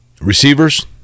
Receivers